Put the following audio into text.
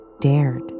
dared